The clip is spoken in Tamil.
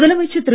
முதலமைச்சர் திரு